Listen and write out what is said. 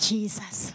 Jesus